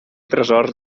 tresors